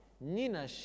nina